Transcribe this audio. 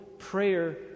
prayer